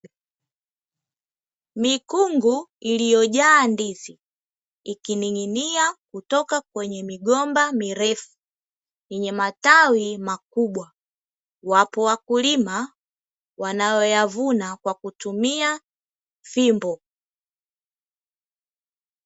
Mikungu iliyojaa ndizi ikining’inia kutoka kwenye migomba mirefu yenye matawi makubwa, wapo wakulima wanaoyavuna kwa kutumia fimbo.